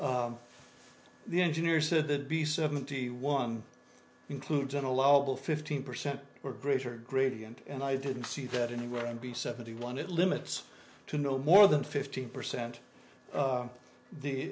s the engineer said they'd be seventy one includes an allowable fifteen percent or greater gradient and i didn't see that anywhere and be seventy one it limits to no more than fifteen percent of the